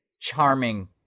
charming